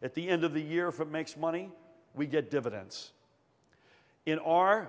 at the end of the year for makes money we get dividends in our